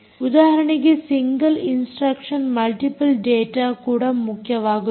ಉದಾಹರಣೆಗೆ single instruction multiple data ಕೂಡ ಮುಖ್ಯವಾಗುತ್ತದೆ